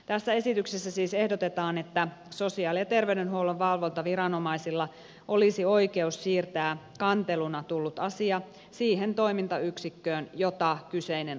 tässä esityksessä siis ehdotetaan että sosiaali ja terveydenhuollon valvontaviranomaisilla olisi oikeus siirtää kanteluna tullut asia siihen toimintayksikköön jota kyseinen asia koskee